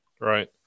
Right